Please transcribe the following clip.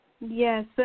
Yes